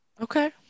Okay